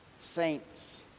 saints